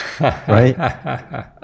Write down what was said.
right